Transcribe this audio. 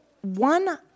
one